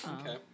Okay